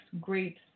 great